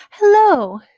Hello